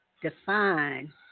define